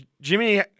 Jimmy